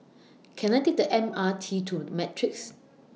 Can I Take The M R T to Matrix